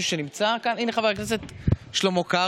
תודה לך, חבר הכנסת לוי,